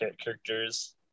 characters